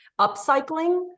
upcycling